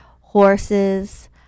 horses